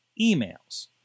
emails